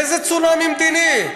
איזה צונאמי מדיני?